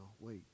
wait